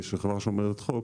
כחברה שומרת חוק,